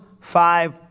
five